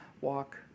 walk